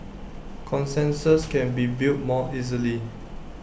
consensus can be built more easily